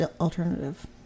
alternative